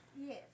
Yes